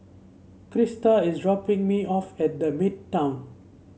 Crista is dropping me off at The Midtown